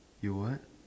you what